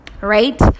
right